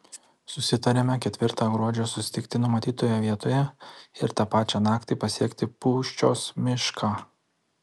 susitariame ketvirtą gruodžio susitikti numatytoje vietoje ir tą pačią naktį pasiekti pūščios mišką